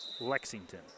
Lexington